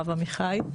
הרב עמיחי,